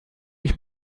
ich